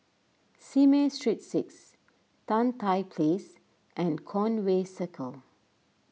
Simei Street six Tan Tye Place and Conway Circle